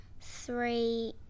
three